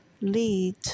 lead